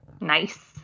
Nice